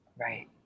Right